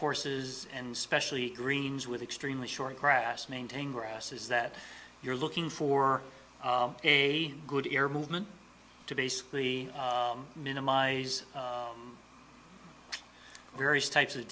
courses and specially greens with extremely short grass maintaining grass is that you're looking for a good air movement to basically minimize various types of